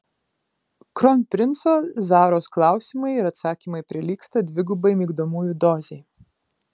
kronprinco zaros klausimai ir atsakymai prilygsta dvigubai migdomųjų dozei